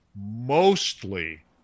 mostly